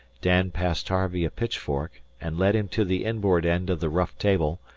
dan passed harvey a pitchfork, and led him to the inboard end of the rough table,